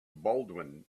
baldwin